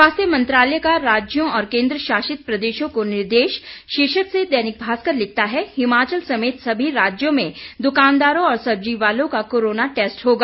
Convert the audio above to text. स्वास्थ्य मंत्रालय का राज्यों और केन्द्र शासित प्रदेशों को निर्देश शीर्षक से दैनिक भास्कर लिखता है हिमाचल समेत सभी राज्यों में दुकानदारों और सब्जीवालों का कोरोना टैस्ट होगा